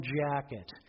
jacket